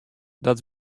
dat